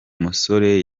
musore